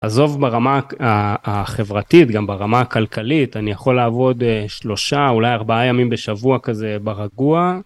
עזוב ברמה החברתית, גם ברמה הכלכלית, אני יכול לעבוד שלושה, אולי ארבעה ימים בשבוע כזה ברגוע.